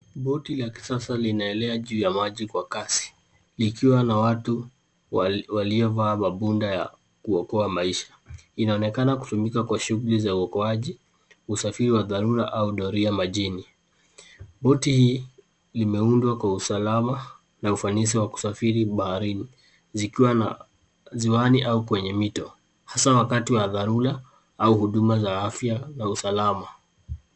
Boti la kisasa linaelea juu ya maji kwa kasi, likiwa na watu waliovaa mabunda ya kuokoa maisha. Inaonekana kutumika kwa shughuli za uokoaji, usafiri wa dharura au doria majini. Boti limeundwa kwa usalama, na ufanisi wa kusafiri baharini. Zikiwa ziwani au kwenye mito, hasa wakati wa dharura, au huduma za afya na usalama.